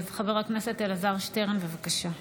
חבר הכנסת אלעזר שטרן, בבקשה.